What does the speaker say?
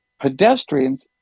Pedestrians